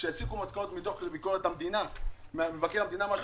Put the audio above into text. שיסיקו מסקנות מתוך דוח מבקר המדינה ויתחילו